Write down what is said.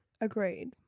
Agreed